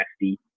nasty